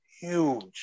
huge